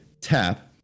Tap